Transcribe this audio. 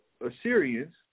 Assyrians